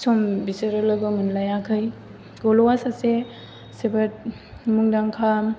सम बिसोरो लोगो मोनलायाखै गल'आ सासे जोबोद मुंदांखा